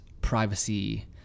privacy